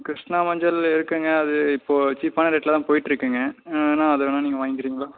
கிருஷ்ணா மஞ்சள் இருக்குங்க அது இப்போ சீப்பான ரேட்டில் தான் போய்கிட்டு இருக்குங்க வேணா அது வேணா நீங்கள் வாங்கிக்கிறிங்களா